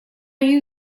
you